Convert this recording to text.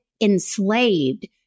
enslaved